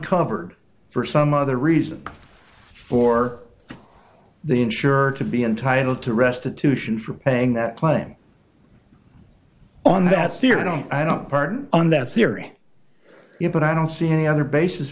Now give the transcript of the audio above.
covered for some other reason for the insured to be entitled to restitution for paying that claim on that fear no i don't pardon on that theory but i don't see any other bas